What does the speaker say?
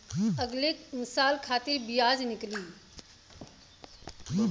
अगले साल खातिर बियाज निकली